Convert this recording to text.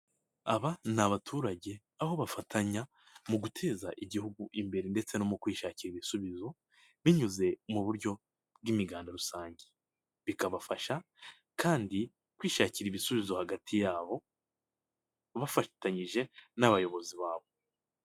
Aba ni abaturage aho bafatanya mu guteza igihugu imbere ndetse no mu kwishakira ibisubizo, binyuze mu buryo bw'imiganda rusange. Bikabafasha kandi kwishakira ibisubizo hagati ya bo bafatanyije n'abayobozi ba bo.